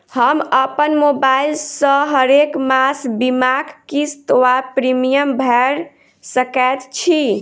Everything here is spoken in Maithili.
हम अप्पन मोबाइल सँ हरेक मास बीमाक किस्त वा प्रिमियम भैर सकैत छी?